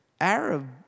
Arab